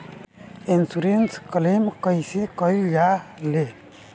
Insurance claim कइसे कइल जा ले?